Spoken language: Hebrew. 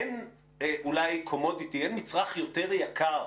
אין אולי Commodity, אין מצרך יותר יקר